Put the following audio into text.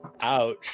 Ouch